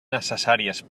necessàries